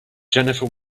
jennifer